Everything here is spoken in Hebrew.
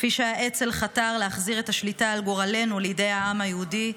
כפי שהאצ"ל חתר להחזיר את השליטה על גורלנו לידי העם היהודי,